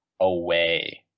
away